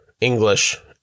English